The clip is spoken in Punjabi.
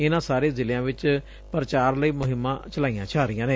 ਇਨਾਂ ਸਾਰੇ ਜ਼ਿਲਿਆਂ ਵਿਚ ਪ੍ਰਚਾਰ ਲਈ ਮੁਹਿੰਮਾਂ ਚਲਾਈਆਂ ਜਾ ਰਹੀਆਂ ਨੇ